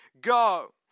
go